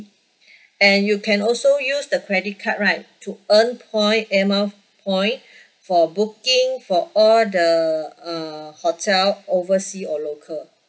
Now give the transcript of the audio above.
and you can also use the credit card right to earn point air mile point for booking for all the uh hotel oversea or local